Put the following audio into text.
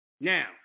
now